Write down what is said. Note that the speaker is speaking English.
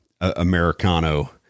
Americano